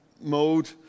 mode